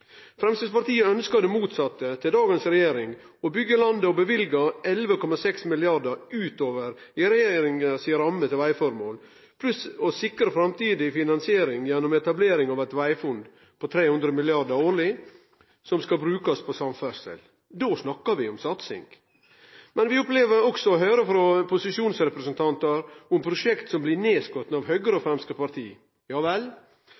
Framstegspartiet ønskjer det motsette av dagens regjering: Å byggje landet og løyve 11,6 mrd. kr utover regjeringas ramme til vegføremål, pluss å sikre framtidig finansiering gjennom etablering av eit vegfond på 300 mrd. kr årleg, som skal brukast på samferdsel. Da snakkar vi om satsing! Vi opplever også å høyre frå posisjonsrepresentantar om prosjekt som blir nedskotne av Høgre og Framstegspartiet. Ja vel.